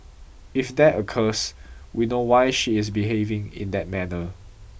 if that occurs we know why she is behaving in that manner